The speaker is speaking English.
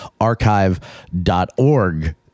Archive.org